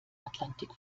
atlantik